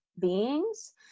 beings